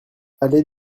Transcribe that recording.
allée